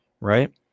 right